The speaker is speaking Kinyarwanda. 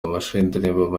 amashusho